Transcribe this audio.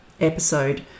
episode